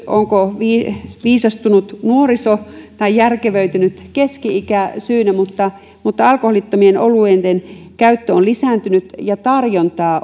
onko viisastunut nuoriso osasyy tai järkevöitynyt keski ikä syynä mutta mutta alkoholittomien oluiden käyttö on lisääntynyt ja myös tarjontaa